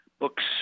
books